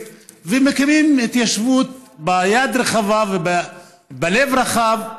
ומקימים התיישבות ביד רחבה ובלב רחב,